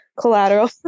collateral